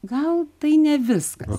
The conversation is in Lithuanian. gal tai ne viskas